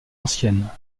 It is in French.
ancienne